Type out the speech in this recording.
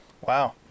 Wow